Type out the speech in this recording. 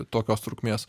tokios trukmės